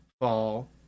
fall